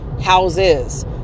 houses